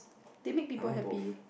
they make people happy